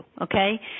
okay